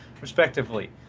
respectively